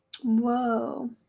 Whoa